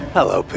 Hello